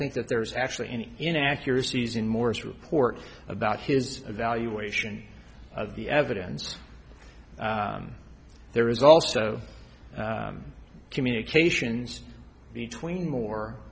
think that there's actually any inaccuracies in morris report about his evaluation of the evidence there is also communications between moore